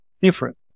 different